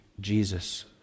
Jesus